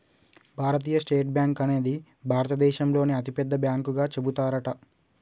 భారతీయ state bank అనేది భారత దేశంలోనే అతి పెద్ద బ్యాంకు గా చెబుతారట